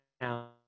now